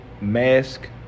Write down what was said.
mask